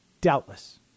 Doubtless